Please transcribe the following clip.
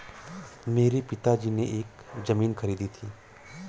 मेरे पिताजी ने एक जमीन खरीदी थी